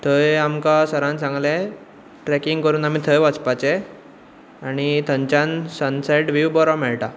थंय आमकां सरान सांगलें ट्रॅकींग करून आमी थंय वचपाचे आनी थंयच्यान सनसेट व्यू बरो मेळटा